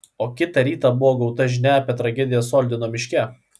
o kitą rytą buvo gauta žinia apie tragediją soldino miške